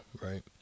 right